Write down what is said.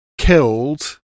Killed